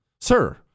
sir